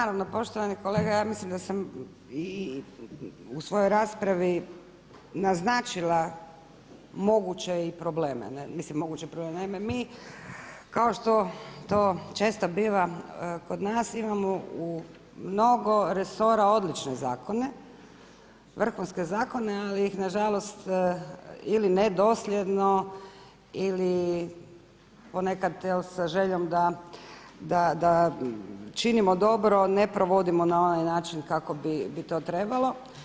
Naravno poštovani kolega ja mislim da sam i u svojoj raspravi naznačila moguće i probleme, mislim moguće probleme, naime mi kao što to često biva kod nas imamo u mnogo resora odlične zakone, vrhunske zakone ali ih nažalost ili nedosljedno ili ponekad sa željom da činimo dobro ne provodimo na onaj način kako bi to trebalo.